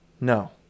No